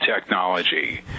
technology